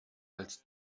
als